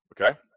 Okay